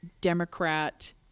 Democrat